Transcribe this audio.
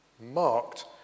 marked